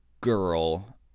girl